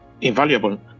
invaluable